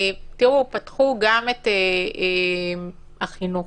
פתחו גם את החינוך,